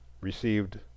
Received